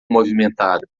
movimentada